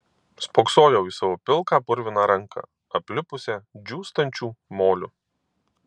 spoksojau į savo pilką purviną ranką aplipusią džiūstančių moliu